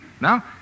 Now